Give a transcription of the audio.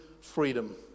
freedom